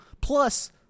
Plus